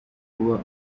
kuba